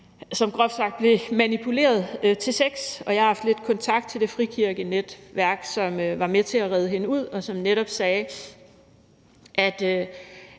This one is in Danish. som groft sagt blev manipuleret til sex. Jeg har haft lidt kontakt til det frikirkenetværk, som var med til at redde hende ud, og som netop sagde, at